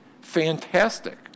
fantastic